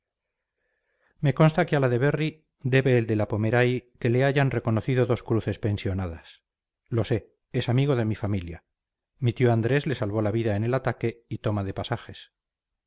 me consta que a la de berry debe el de la pommeraye que le hayan reconocido dos cruces pensionadas lo sé es amigo de mi familia mi tío andrés le salvó la vida en el ataque y toma de pasajes